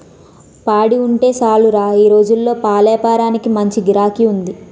పాడి ఉంటే సాలురా ఈ రోజుల్లో పాలేపారానికి మంచి గిరాకీ ఉంది